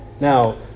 Now